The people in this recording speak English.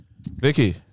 Vicky